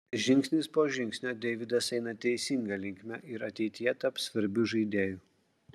žingsnis po žingsnio deividas eina teisinga linkme ir ateityje taps svarbiu žaidėju